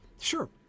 sure